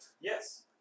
Yes